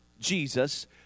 Jesus